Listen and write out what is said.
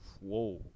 Whoa